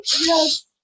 Yes